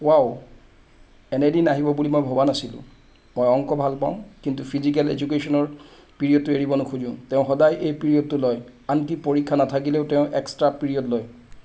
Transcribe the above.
wow এনে দিন আহিব বুলি মই ভবা নাছিলোঁ মই অংক ভাল পাওঁ কিন্তু ফিজিকেল এডুকেশ্যনৰ পিৰিয়ডটো এৰিব নোখোজোঁ তেওঁ সদায় সেই পিৰিয়ডটো লয় আনকি পৰীক্ষা নাথাকিলেও তেওঁ এক্সট্ৰা পিৰিয়ড লয়